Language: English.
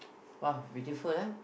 !wow! beautiful ah